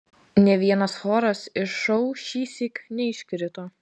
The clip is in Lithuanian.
nė vienas choras iš šou šįsyk neiškrito